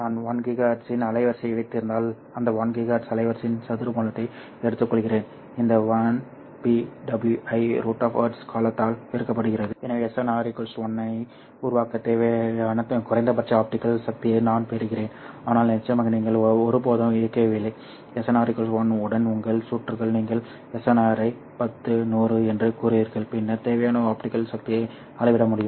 நான் 1GHz இன் அலைவரிசை வைத்திருந்தால் அந்த 1 GHz அலைவரிசையின் சதுர மூலத்தை எடுத்துக்கொள்கிறேன் இந்த 1 pW¿√ Hz காலத்தால் பெருக்கப்படுகிறது எனவே SNR 1 ஐ உருவாக்க தேவையான குறைந்தபட்ச ஆப்டிகல் சக்தியை நான் பெறுகிறேன் ஆனால் நிச்சயமாக நீங்கள் ஒருபோதும் இயங்கவில்லை SNR 1 உடன் உங்கள் சுற்றுகள் நீங்கள் SNR ரை 10 100 என்று கூறுகிறீர்கள் பின்னர் தேவையான ஆப்டிகல் சக்தியை அளவிட முடியும்